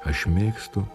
aš mėgstu